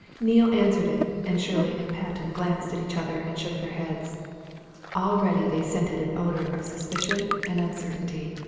neale answered it, and shirley and patten glanced at each other and shook their heads already they scented an odour of suspicion and uncertainty.